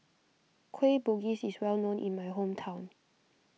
Kueh Bugis is well known in my hometown